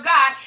God